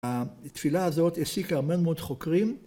‫התפילה הזאת העסיקה ‫הרבה מאוד חוקרים.